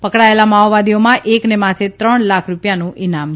પકડાયેલા માવોવાદીઓમાં એકને માથે ત્રણ લાખ રૂપિયાનુ ઇનામ હતું